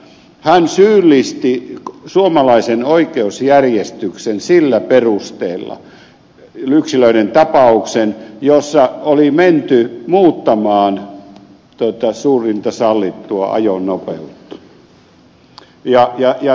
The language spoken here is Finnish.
hän syyllisti suomalaisen oikeusjärjestyksen sillä perusteella ja yksilöiden tapauksen jossa oli menty muuttamaan suurinta sallittua ajonopeutta